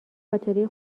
خاطره